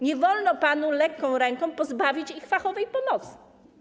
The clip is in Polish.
Nie wolno panu lekką ręką pozbawić ich fachowej pomocy.